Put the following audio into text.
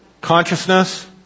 Consciousness